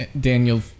Daniel